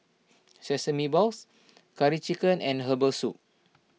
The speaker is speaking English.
Sesame Balls Curry Chicken and Herbal Soup